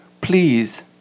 please